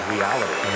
Reality